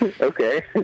Okay